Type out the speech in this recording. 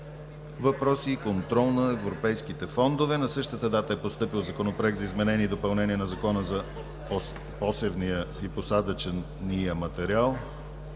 въпроси и контрол над европейските фондове. На 29 септември 2017 г. е постъпил Законопроект за изменение и допълнение на Закона за посевния и посадъчен материал.